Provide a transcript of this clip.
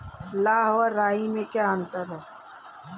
लाह व राई में क्या अंतर है?